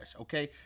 okay